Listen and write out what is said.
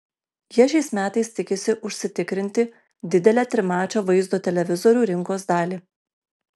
jie šiais metais tikisi užsitikrinti didelę trimačio vaizdo televizorių rinkos dalį